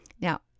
Now